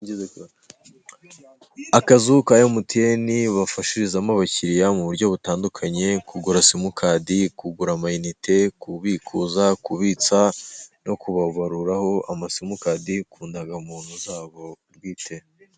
akazu ka emutiyene bafashirizamo abakiriya mu buryo butandukanye, kugura simukadi, kugura amayinite, kubikuza, kubitsa, no kubabaruraho amasimukadi ku ndangamuntu zabo bwite.